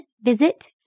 visit